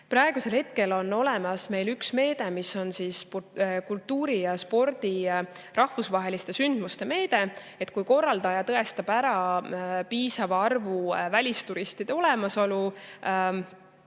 Praegu on olemas meil üks meede, mis on kultuuri ja spordi rahvusvaheliste sündmuste meede. Kui korraldaja tõestab ära piisava arvu välisturistide olemasolu ja